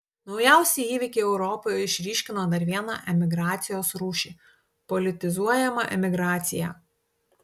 naujausi įvykiai europoje išryškino dar vieną emigracijos rūšį politizuojamą emigraciją